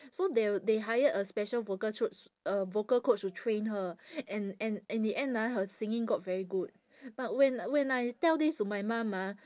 so they'll they hired a special vocal uh vocal coach to train her and and in the end ah her singing got very good but when when I tell this to my mum ah